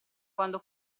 quando